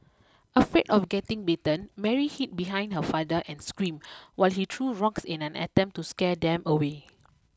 afraid of getting bitten Mary hid behind her father and screamed while he threw rocks in an attempt to scare them away